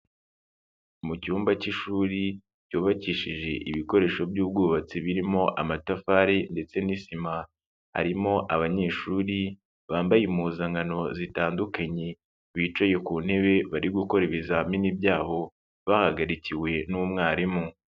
Mu cyumba cy'ishuri ryubakishije ibikoresho by'ubwubatsi birimo amatafari ndetse n'isima harimo abanyeshuri bambaye impuzankano zitandukanye bicaye ku ntebe bari gukora ibizamini byaho bahagarikiwe n'umwarimu.